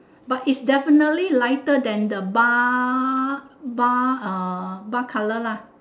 but is definitely lighter than the bar bar uh bar colour lah